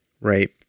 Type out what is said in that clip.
right